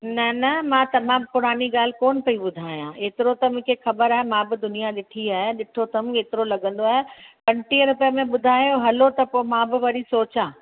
न न मां तमामु पुरानी ॻाल्हि कोन्ह पई ॿुधायां एतिरो त मूंखे ख़बर आहे मां बि दुनिया ॾिठी आहे ॾिठो अथम एतिरो लॻंदो आहे पंजटीह रुपए में ॿुधायो हलो त पोइ मां बि वरी सोचां